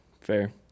fair